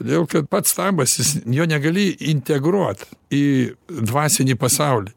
todėl kad pats stabas jis jo negali integruot į dvasinį pasaulį